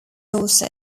also